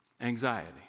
anxiety